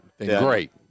Great